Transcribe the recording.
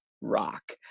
rock